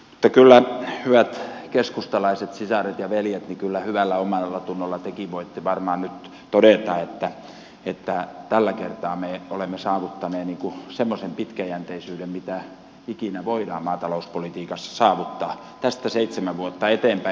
mutta kyllä hyvät keskustalaiset sisaret ja veljet hyvällä omallatunnolla tekin voitte varmaan nyt todeta että tällä kertaa me olemme saavuttaneet semmoisen pitkäjänteisyyden mitä ikinä voidaan maatalouspolitiikassa saavuttaa tästä seitsemän vuotta eteenpäin